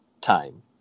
time